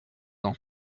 ans